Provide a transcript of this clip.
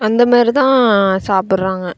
அந்த மாரி தான் சாப்புடுறாங்க